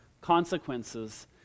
consequences